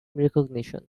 recognition